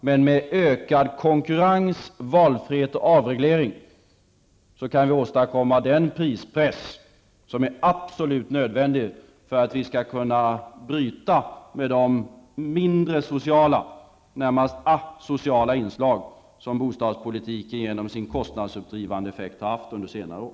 Men med ökad konkurrens, valfrihet och avreglering kan vi åstadkomma den prispress som är absolut nödvändig för att vi skall kunna bryta med de mindre sociala, närmast asociala, inslag som bostadspolitiken genom sin kostnadsuppdrivande effekt har haft under senare år.